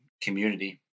community